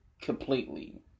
completely